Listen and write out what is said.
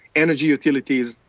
energy utilities,